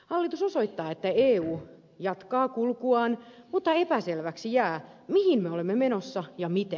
hallitus osoittaa että eu jatkaa kulkuaan mutta epäselväksi jää mihin me olemme menossa ja miten